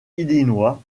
illinois